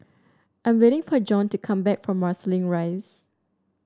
I am waiting for Jon to come back from Marsiling Rise